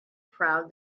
proud